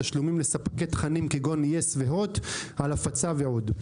תשלומים לספקי תכנים כגון יס והוט על הפצה ועוד.